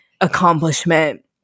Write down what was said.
accomplishment